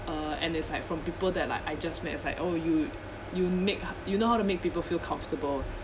uh and there's like from people that like I just met is like oh you you make you know how to make people feel comfortable